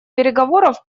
переговоров